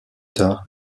tard